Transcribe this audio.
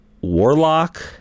Warlock